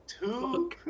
Two